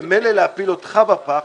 ומילא להפיל אותך בפח,